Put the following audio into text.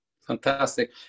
Fantastic